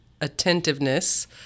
attentiveness